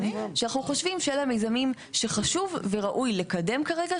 שאנחנו חושבים שאלה המיזמים שחשוב וראוי לקדם כרגע.